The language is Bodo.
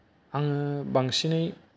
आं बांसिनै